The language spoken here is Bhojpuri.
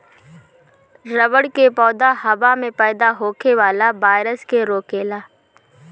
रबड़ के पौधा हवा में पैदा होखे वाला वायरस के रोकेला